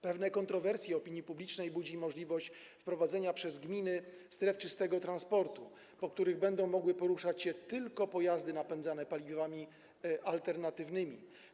Pewne kontrowersje opinii publicznej budzi możliwość wprowadzenia przez gminy stref czystego transportu, po których będą mogły poruszać się tylko pojazdy napędzane paliwami alternatywnymi.